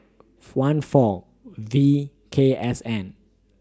one four V K S N